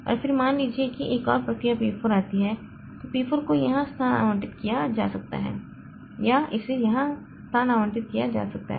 और फिर मान लीजिए कि एक और प्रक्रिया P 4 आती है तो P 4 को यहां स्थान आवंटित किया जा सकता है या इसे यहां स्थान आवंटित किया जा सकता है